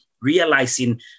realizing